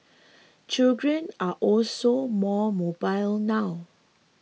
children are also more mobile now